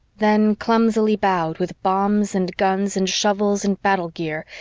then, clumsily bowed with bombs and guns and shovels and battle gear,